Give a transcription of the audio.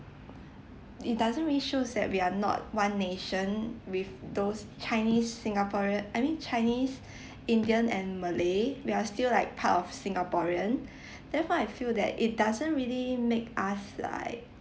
it doesn’t really shows that we are not one nation with those chinese singaporean I mean chinese indian and malay we are still like part of singaporean therefore I feel that it doesn’t really make us like